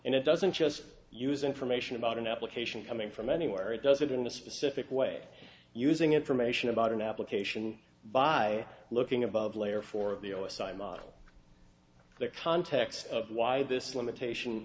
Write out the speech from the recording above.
and it doesn't just use information about an application coming from anywhere it does it in a specific way using information about an application by looking above layer for the o s i model the context of why this limitation